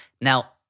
Now